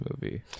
movie